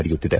ನಡೆಯುತ್ತಿದೆ